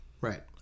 right